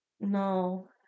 No